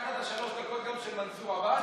לקחת גם את שלוש הדקות של מנסור עבאס?